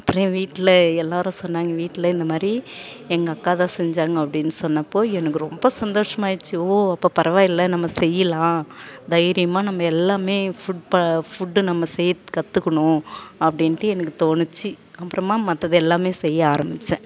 அப்புறம் என் வீட்டில் எல்லோரும் சொன்னாங்க வீட்டில் இந்த மாதிரி எங்கள் அக்கா தான் செஞ்சாங்க அப்படின்னு சொன்னப்போ எனக்கு ரொம்ப சந்தோஷமாக ஆயிடுச்சு ஓ அப்போ பரவாயில்லை நம்ம செய்யலாம் தைரியமாக நம்ம எல்லாமே ஃபுட் ப ஃபுட்டு நம்ம செய்றத்துக்கு கற்றுக்கணும் அப்படின்ட்டு எனக்கு தோணுச்சு அப்புறமா மற்றத எல்லாமே செய்ய ஆரம்பித்தேன்